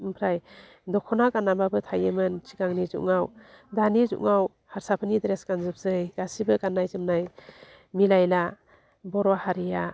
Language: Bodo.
ओमफ्राय दख'ना गान्नानैबाबो थायोमोन सिगांनि जुगाव दानि जुगाव हारसाफोरनि ड्रेस गानजोबसै गासिबो गान्नाय जोमनाय मिलायला बर' हारिया